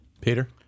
Peter